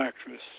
actress